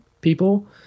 people